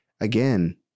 again